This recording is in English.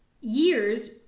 years